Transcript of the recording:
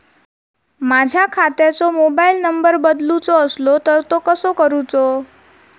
माझ्या खात्याचो mobile number बदलुचो असलो तर तो कसो करूचो?